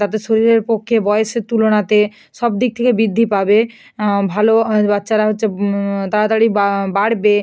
তাতে শরীরের পক্ষে বয়সের তুলনাতে সব দিক থেকে বৃদ্ধি পাবে ভালো বাচ্চারা হচ্ছে তাড়াতাড়ি বাড়বে